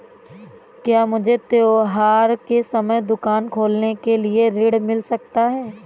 क्या मुझे त्योहार के समय दुकान खोलने के लिए ऋण मिल सकता है?